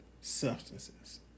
substances